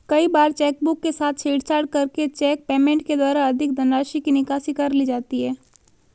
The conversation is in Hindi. कई बार चेकबुक के साथ छेड़छाड़ करके चेक पेमेंट के द्वारा अधिक धनराशि की निकासी कर ली जाती है